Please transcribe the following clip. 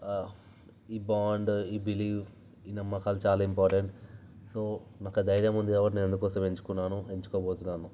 ఈ బాండ్ ఈ బిలీఫ్ ఈ నమ్మకాలు చాలా ఇంపార్టెంట్ సో నాకా ధైర్యం ఉంది కాబట్టి నేను అందుకోసమే ఎంచుకున్నాను ఎంచుకోబోతున్నాను